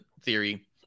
Theory